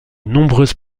nombreuses